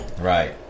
Right